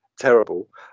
terrible